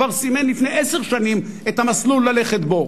כבר סימן לפני עשר שנים את המסלול ללכת בו,